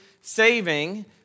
saving